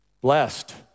Blessed